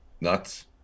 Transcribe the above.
nuts